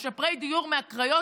משפרי דיור מהקריות,